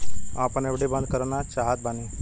हम आपन एफ.डी बंद करना चाहत बानी